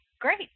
great